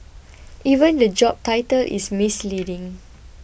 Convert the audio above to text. even the job title is misleading